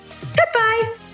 Goodbye